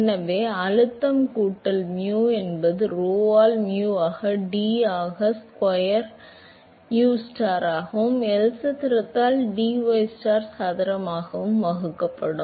எனவே அழுத்தம் கூட்டல் mu என்பது rho ஆல் mu ஆகவும் d ஸ்கொயர் உஸ்டாராகவும் L சதுரத்தால் dystar சதுரமாகவும் வகுக்கப்படும்